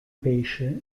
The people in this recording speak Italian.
pesce